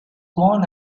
born